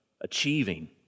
achieving